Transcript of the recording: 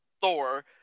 Thor